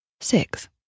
six